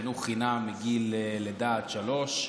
חינוך חינם מגיל לידה עד שלוש.